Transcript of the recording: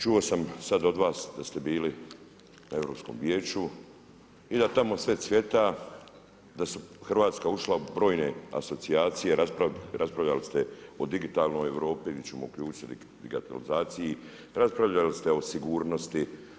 Čuo sam sada od vas da ste bili na Europskom vijeću i da tamo sve cvjeta, da je Hrvatska ušla u brojne asocijacije, raspravljali ste o digitalnoj Europi, gdje ćemo uključiti se digitalizaciji, raspravljali ste o sigurnosti.